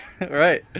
Right